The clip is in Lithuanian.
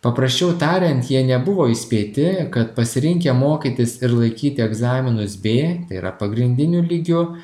paprasčiau tariant jie nebuvo įspėti kad pasirinkę mokytis ir laikyti egzaminus b tai yra pagrindiniu lygiu